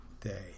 day